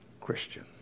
Christian